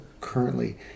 currently